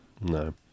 No